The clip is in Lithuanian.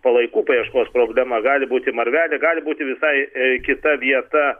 palaikų paieškos problema gali būti marvelė gali būti visai kita vieta